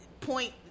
point